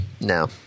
No